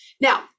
Now